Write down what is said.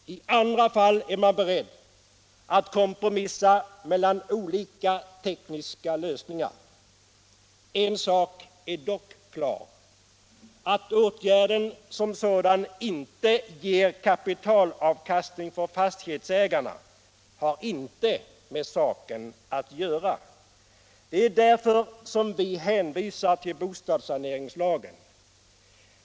I andra fall är man beredd att kompromissa mellan olika tekniska lösningar. En sak är dock klar: att åtgärden som sådan inte ger kapitalavkastning för fastighetsägaren har inte med saken att göra. Det är därför som vi hänvisar till bostadssaneringslagen.